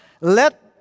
let